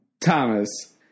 Thomas